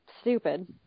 stupid